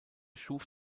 schuf